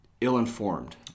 ill-informed